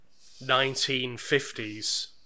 1950s